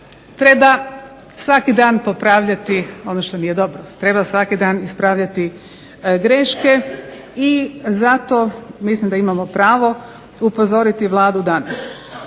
treba svaki dan popravljati ono što nije dobro, treba svaki dan ispravljati greške i zato mislim da imamo pravo upozoriti Vladu danas,